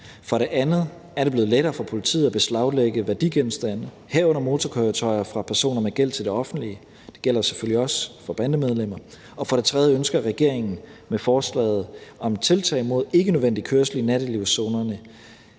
For det andet er det blevet lettere for politiet at beslaglægge værdigenstande, herunder motorkøretøjer, hos personer med gæld til det offentlige. Det gælder selvfølgelig også for bandemedlemmer. Og for det tredje ønsker regeringen med forslaget om tiltag mod ikkenødvendig kørsel i nattelivszonerne